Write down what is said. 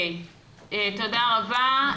תודה רבה.